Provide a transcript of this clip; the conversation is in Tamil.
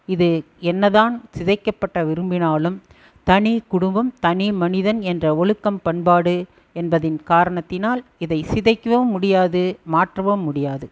இது என்னதான் சிதைக்கப்பட்ட விரும்பினாலும் தனி குடும்பம் தனி மனிதன் என்ற ஒழுக்கம் பண்பாடு என்பதின் காரணத்தினால் இதை சிதைக்கவும் முடியாது மாற்றவும் முடியாது